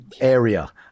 area